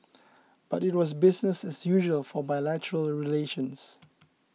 but it was business as usual for bilateral relations